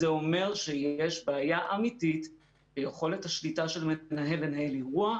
זה אומר שיש בעיה אמיתית ביכולת השליטה של מנהל לנהל אירוע.